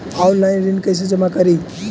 Online ऋण कैसे जमा करी?